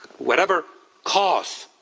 whatever cause